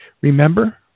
remember